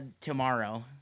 tomorrow